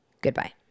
Goodbye